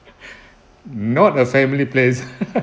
not a family place